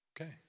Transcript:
Okay